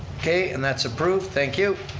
okay, and that's approved, thank you.